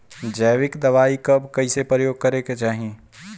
जैविक दवाई कब कैसे प्रयोग करे के चाही?